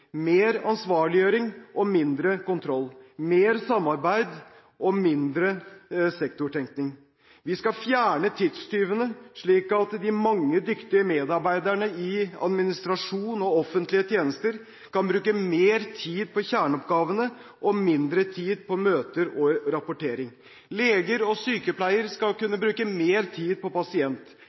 mer ansvarliggjøring og mindre kontroll, mer samarbeid og mindre sektortenkning. Vi skal fjerne tidstyvene, slik at de mange dyktige medarbeiderne i administrasjon og offentlige tjenester kan bruke mer tid på kjerneoppgavene og mindre tid på møter og rapportering. Leger og sykepleiere skal kunne bruke mer tid på